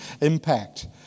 impact